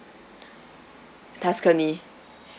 tuscany